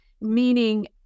Meaning